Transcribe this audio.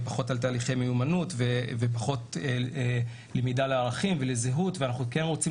פחות על תהליכי מיומנות ופחות למידה לערכים וזהות ואנחנו כן רוצים